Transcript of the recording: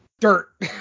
Dirt